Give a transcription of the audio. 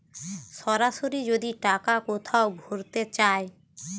সরাসরি যদি টাকা কোথাও ভোরতে চায়